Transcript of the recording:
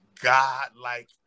God-like